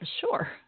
sure